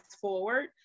forward